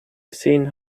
gesehen